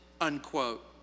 unquote